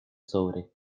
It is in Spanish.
sobre